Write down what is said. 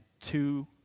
two